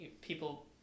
people